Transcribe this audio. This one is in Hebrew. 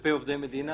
כלפי עובדי המדינה,